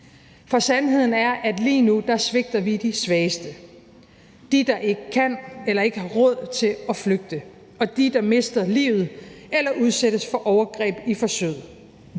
for sandheden er, at vi lige nu svigter de svageste; dem, der ikke kan eller ikke har råd til at flygte, og dem, der mister livet eller udsættes for overgreb i forsøget.